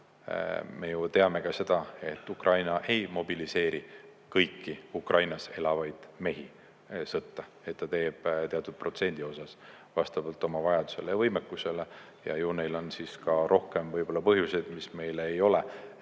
me teame ju ka seda, et Ukraina ei mobiliseeri kõiki Ukrainas elavaid mehi sõtta. Ta teeb seda teatud protsendi osas vastavalt oma vajadusele ja võimekusele. Ju neil on ka rohkem põhjuseid, mis meile ei ole